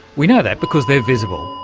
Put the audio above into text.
we know that because they're visible,